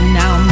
now